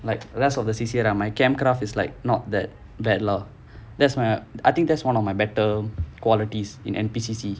like rest of the C_C_A lah my camp craft is like not that bad lah that's my I think that's one of my better qualities in N_P_C_C